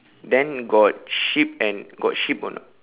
then got sheep and got sheep or not